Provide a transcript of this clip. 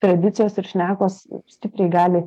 tradicijos ir šnekos stipriai gali